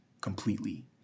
completely